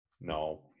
No